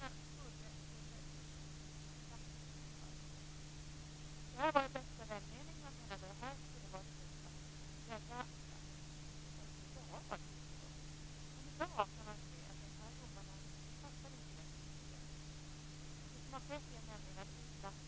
Man får tycka vad man vill om att kärnkraften över huvud taget etablerades.